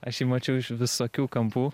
aš jį mačiau iš visokių kampų